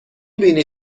بینی